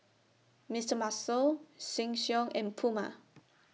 Mister Muscle Sheng Siong and Puma